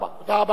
תודה רבה.